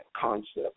concept